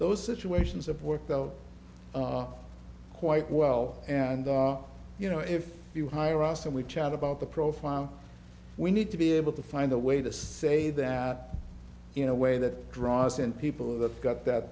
those situations have worked out quite well and you know if you hire us and we chat about the profile we need to be able to find a way to say that you know way that draws in people that got that